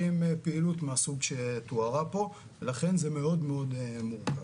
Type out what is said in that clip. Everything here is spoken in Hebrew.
עם פעילות מהסוג שתוארה פה ולכן זה מאוד מאוד מורכב.